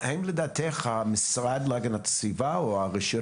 האם לדעתך המשרד להגנת הסביבה או הרשויות